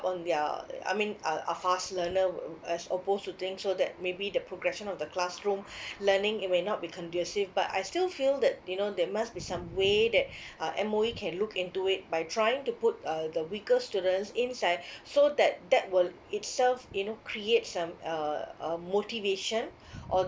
on their uh I mean are are fast learner uh as opposed to thing so that maybe the progression of the classroom learning it may not be conducive but I still feel that you know there must be some way that uh M_O_E can look into it by trying to put uh the weaker students inside so that that would itself you know create some uh motivation or